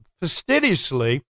fastidiously